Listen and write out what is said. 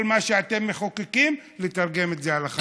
כל מה שאתם מחוקקים, לתרגם את זה הלכה למעשה.